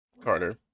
carter